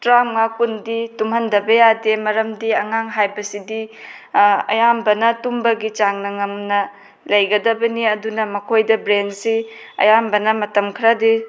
ꯇꯔꯥꯃꯉꯥ ꯀꯨꯟꯗꯤ ꯇꯨꯝꯍꯟꯗꯕ ꯌꯥꯗꯦ ꯃꯔꯝꯗꯤ ꯑꯉꯥꯡ ꯍꯥꯏꯕꯁꯤꯗ ꯑꯌꯥꯝꯕꯅ ꯇꯨꯝꯕꯒꯤ ꯆꯥꯡꯅ ꯉꯝꯅ ꯂꯩꯒꯗꯕꯅꯤ ꯑꯗꯨꯅ ꯃꯈꯣꯏꯗ ꯕ꯭ꯔꯦꯟꯁꯤ ꯑꯌꯥꯝꯕꯅ ꯃꯇꯝ ꯈꯔꯗꯤ